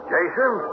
Jason